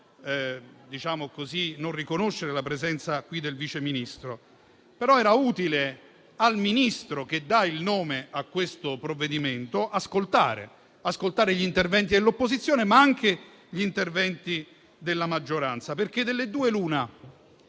non riconoscere la presenza in Aula del Vice Ministro, però era utile al Ministro - che dà il nome a questo provvedimento - ascoltare gli interventi dell'opposizione, ma anche gli interventi della maggioranza, perché delle due l'una: